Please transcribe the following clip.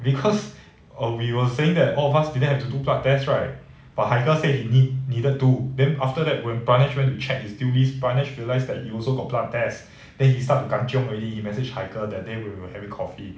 because oh we were saying that all of us didn't have to do blood test right but haikal said he need needed to then after that when pranesh when to check his due list pranesh realized that he also got blood test then he start to kan cheong already he message haikal that day when we were having coffee